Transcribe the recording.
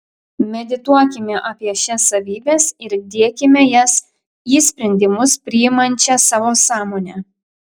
medituokime apie šias savybes ir diekime jas į sprendimus priimančią savo sąmonę